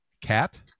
cat